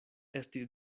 estis